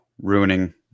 ruining